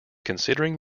considering